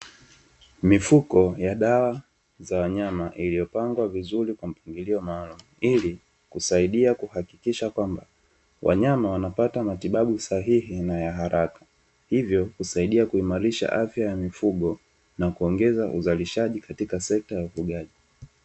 Mifuko ya dawa za wanyama, iliyopangwa vizuri kwa mpangilio maalumu ili kusaidia kuhakikisha kwamba wanyama wanapata matibabu sahihi na ya haraka, hivyo husaidia kuimarisha afya ya mifugo na kuongeza uzalishaji katika sekta ya ufugaji.